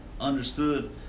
understood